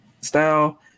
style